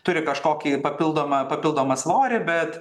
turi kažkokį papildomą papildomą svorį bet